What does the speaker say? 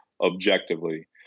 objectively